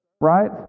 right